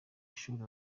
ishuli